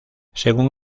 según